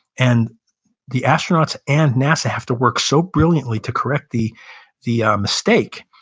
and the astronauts and nasa have to work so brilliantly to correct the the mistake.